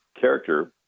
character